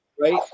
Right